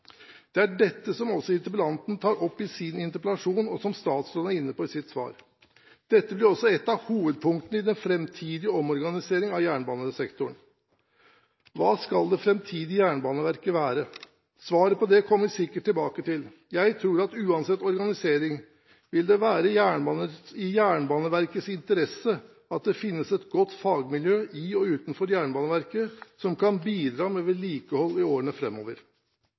Det er dette som også interpellanten tar opp i sin interpellasjon, og som statsråden er inne på i sitt svar. Dette blir også et av hovedpunktene i den framtidige omorganisering av jernbanesektoren. Hva skal det framtidige Jernbaneverket være? Svaret på det kommer vi sikkert tilbake til. Jeg tror at uansett organisering vil det være i Jernbaneverkets interesse at det finnes et godt fagmiljø i og utenfor Jernbaneverket som kan bidra med vedlikehold i årene